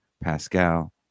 Pascal